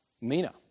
Mina